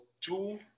two